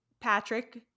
Patrick